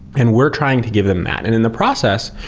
and we're trying to give them that. and in the process,